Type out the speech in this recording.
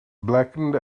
blackened